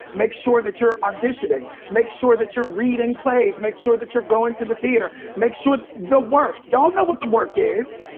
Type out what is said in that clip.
make sure that you're auditioning. make sure that you're reading plays. make sure that you're going to the theater. make sure, the work, y'all know what the work is